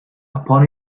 upon